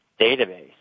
database